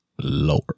Lower